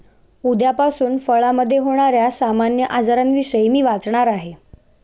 उद्यापासून फळामधे होण्याऱ्या सामान्य आजारांविषयी मी वाचणार आहे